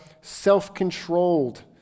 self-controlled